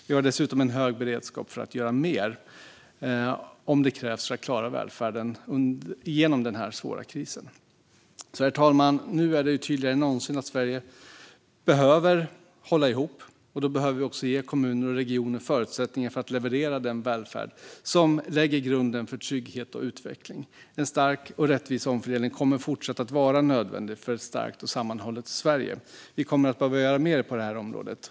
Vi har dessutom en hög beredskap för att göra mer om det krävs för att klara välfärden genom denna svåra kris. Herr talman! Nu är det tydligare än någonsin att Sverige behöver hålla ihop. Då behöver vi också ge kommuner och regioner förutsättningar att leverera den välfärd som lägger grunden för trygghet och utveckling. En stark och rättvis omfördelning kommer fortsättningsvis att vara nödvändig för ett starkt och sammanhållet Sverige. Vi kommer att behöva göra mer på detta område.